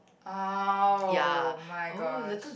oh-my-gosh